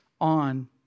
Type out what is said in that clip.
on